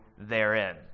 therein